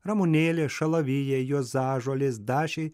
ramunėlės šalavijai juozažolės dašiai